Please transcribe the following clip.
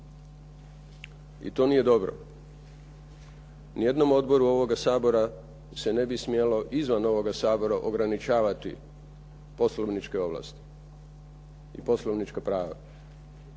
I to nije dobro. Ni jednom odboru ovoga Sabora se ne bi smjelo izvan ovoga Sabora ograničavati poslovniče ovlasti, poslovnička prava,